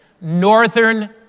Northern